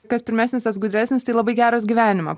kas pirmesnis tas gudresnis tai labai geros gyvenimo